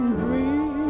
dream